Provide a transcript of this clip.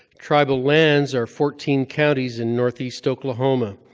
tribal lands are fourteen counties in northeast oklahoma,